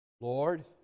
Lord